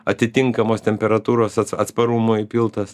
atitinkamos temperatūros atsparumo įpiltas